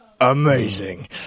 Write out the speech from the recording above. Amazing